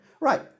right